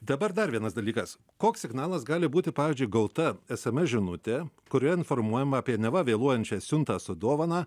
dabar dar vienas dalykas koks signalas gali būti pavyzdžiui gauta sms žinutė kurioje informuojama apie neva vėluojančią siuntą su dovana